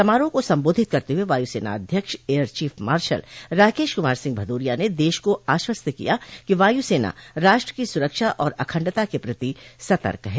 समारोह को संबोधित करते हुए वायुसेना अध्यक्ष air chief marshal Rakesh Kumar Singh Bhadauria ने देश को आश्वस्त किया कि वायू सेना राष्ट्र की सुरक्षा और अखंडता के प्रति सतर्क है